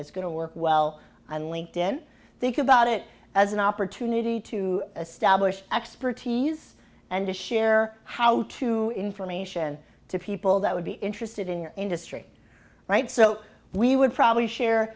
is going to work well on linked in think about it as an opportunity to establish expertise and to share how to information to people that would be interested in your industry right so we would probably share